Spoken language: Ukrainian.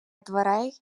дверей